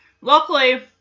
Luckily